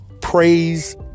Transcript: praise